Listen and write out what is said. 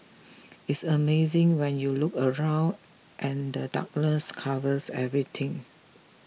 it's amazing when you look around and the darkness covers everything